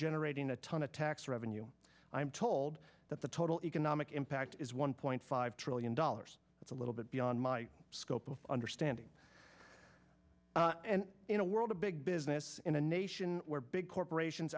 generating a ton of tax revenue i'm told that the total economic impact is one point five trillion dollars that's a little bit beyond my scope of understanding and in a world of big business in a nation where big corporations